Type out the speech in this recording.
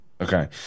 Okay